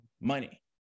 money